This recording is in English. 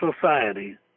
society